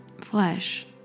flesh